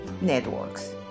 networks